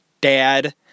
dad